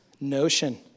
notion